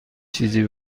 چیزی